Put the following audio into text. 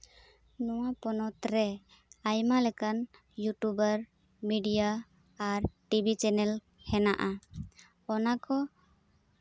ᱱᱚᱣᱟ ᱯᱚᱱᱚᱛ ᱨᱮ ᱟᱭᱢᱟ ᱞᱮᱠᱟᱱ ᱤᱭᱩᱴᱩᱵᱟᱨ ᱢᱤᱰᱤᱭᱟ ᱟᱨ ᱴᱤᱵᱷᱤ ᱪᱮᱱᱮᱞ ᱦᱮᱱᱟᱜᱼᱟ ᱚᱱᱟ ᱠᱚ